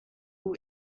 who